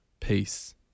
peace